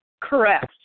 Correct